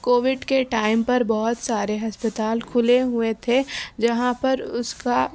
Covid کے time پر بہت سارے ہسپتال کھلے ہوئے تھے جہاں پر اس کا